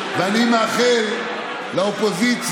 ואני מסתכל: איזה בזבוז.